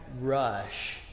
rush